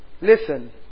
Listen